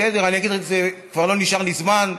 אני אגיד, כבר לא נשאר לי זמן,